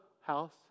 house